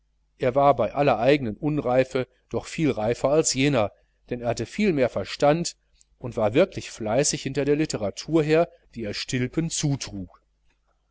er war bei aller eigenen unreife doch viel reifer als jener denn er hatte vielmehr verstand und war wirklich fleißig hinter der literatur her die er stilpen zutrug